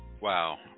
wow